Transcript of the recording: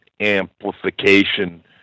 amplification